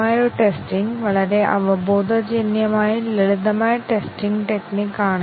basic condition coverage decision coverage ഉപയോഗിക്കുമോ